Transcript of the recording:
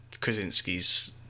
Krasinski's